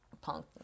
Punk